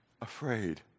afraid